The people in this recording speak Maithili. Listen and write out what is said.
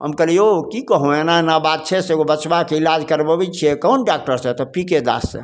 हम कहलिए यौ कि कहौँ एना एना बात छै से एगो बचबाके इलाज करबाबै छिए कोन डॉकटरसे तऽ पी के दाससे